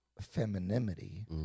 femininity